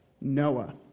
Noah